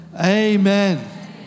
Amen